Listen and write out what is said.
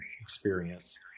experience